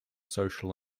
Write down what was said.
social